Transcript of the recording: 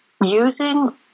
using